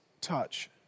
touch